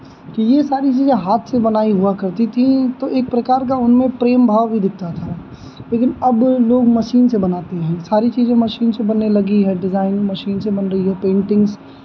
कि ये सारी चीज़ें हाथ से बनाई हुआ करती थीं तो एक प्रकार का उनमें प्रेम भाव भी दिखता था लेकिन अब लोग मशीन से बनाते हैं सारी चीज़ें मशीन से बनने लगी है डिज़ाइन मशीन से बन रही है पेन्टिंग्स